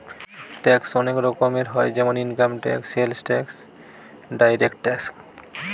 ট্যাক্সে অনেক রকম হয় যেমন income tax, sales tax, direct tax